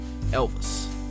Elvis